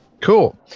Cool